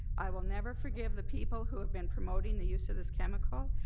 i will never forgive the people who have been promoting the use of this chemical,